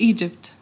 Egypt